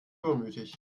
übermütig